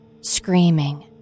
screaming